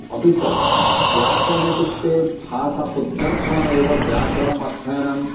अपि च व्याकरणमित्युक्ते भाषाशुध्यर्थं व्याकरणमध्ययनम्